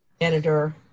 editor